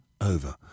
over